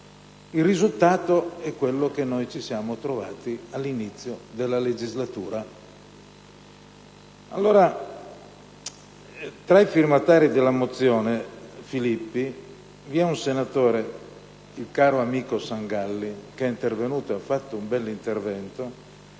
Il risultato è quello che noi ci siamo trovati all'inizio della legislatura. Tra i firmatari della mozione n. 451 vi è un senatore, il caro amico Sangalli, del quale ho apprezzato l'intervento,